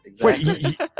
Wait